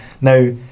Now